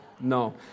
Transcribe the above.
no